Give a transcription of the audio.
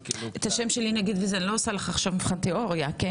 הוא בישראל, מתנדב אצלכם בעבודה, וגם